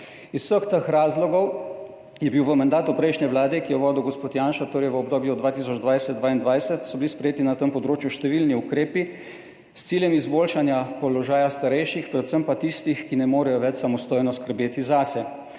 Iz vseh teh razlogov so bili v mandatu prejšnje vlade, ki jo je vodil gospod Janša, torej v obdobju 2020–2022, sprejeti na tem področju številni ukrepi s ciljem izboljšanja položaja starejših, predvsem pa tistih, ki ne morejo več samostojno skrbeti zase.